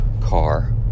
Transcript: car